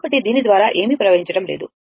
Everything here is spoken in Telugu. కాబట్టి దీని ద్వారా ఏమీ ప్రవహించడం లేదు